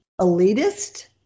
elitist